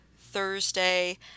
Thursday